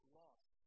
lost